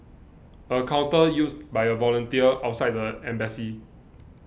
a counter used by a volunteer outside the embassy